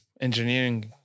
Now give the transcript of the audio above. engineering